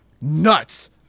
nuts